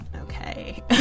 Okay